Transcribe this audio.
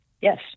Yes